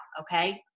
okay